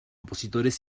opositores